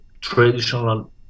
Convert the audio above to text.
traditional